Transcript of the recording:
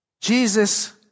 Jesus